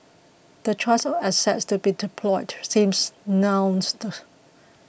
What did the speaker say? the choice of assets to be deployed seems nuanced